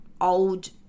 old